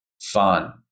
fun